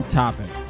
topic